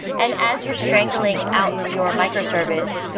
and as you're strangling out to your microservice,